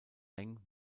eng